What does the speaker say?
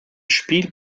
spiel